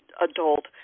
adult